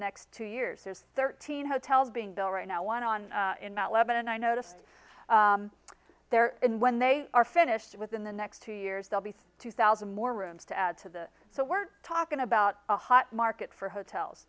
next two years there's thirteen hotels being built right now on in matlab and i noticed there and when they are finished within the next two years they'll be two thousand more rooms to add to the so we're talking about a hot market for hotels